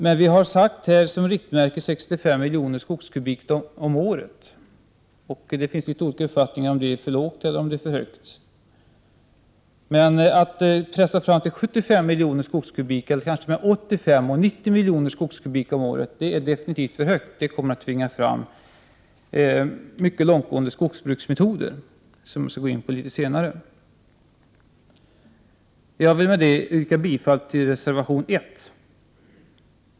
Som riktmärke har vi sagt 65 miljoner skogskubikmeter om året. Det finns olika uppfattningar om huruvida det är för lågt eller för högt. Att pressa det upp till 75, 85, kanske 90 miljoner skogskubikmeter om året är definitivt för mycket — det kommer att tvinga fram mycket långtgående skogsbruksmetoder. Med detta yrkar jag bifall till reservation 1.